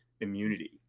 immunity